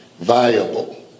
viable